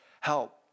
help